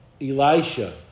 Elisha